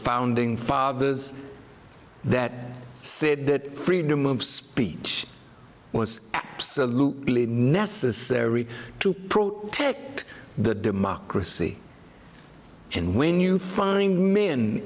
founding fathers that said that freedom of speech was absolutely necessary to protest the democracy in when you find me